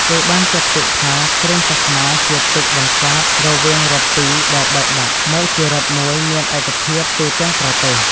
គេបានចាត់ទុកថា ព្រាហ្មណ៍សាសនាជាទឹកបន្សាបរវាងរដ្ឋពីរដែលបែកបាក់ មកជារដ្ឋមួយមានឯកភាពទូទាំងប្រទេស។